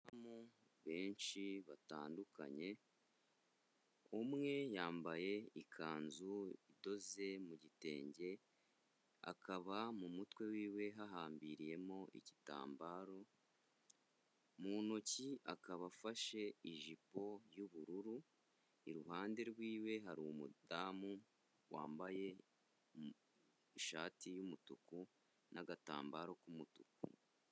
Benshi batandukanye umwe yambaye ikanzu idoze mu gitenge, akaba mu mutwe wiwe hahambiriyemo igitambaro, mu ntoki akaba afashe ijipo y'ubururu, iruhande rwiwe hari umudamu wambaye ishati y'umutuku n'agatambaro k'umutuku.